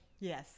Yes